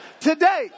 Today